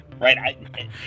right